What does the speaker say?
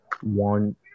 one